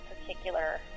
particular